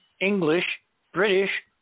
English-British